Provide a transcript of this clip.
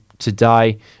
Today